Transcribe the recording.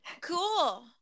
cool